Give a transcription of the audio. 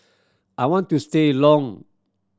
I want to see a long